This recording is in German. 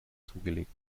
zugelegt